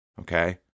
okay